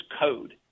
code